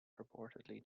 purportedly